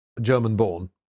German-born